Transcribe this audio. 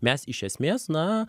mes iš esmės na